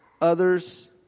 others